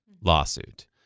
lawsuit